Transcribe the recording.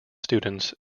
students